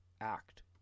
act